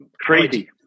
Crazy